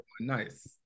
nice